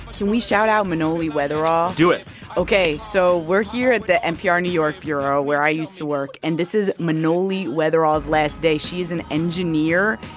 can we shout out manoli wetherell? ah do it ok. so we're here at the npr new york bureau, where i used to work. and this is manoli wetherell's last day. she's an engineer.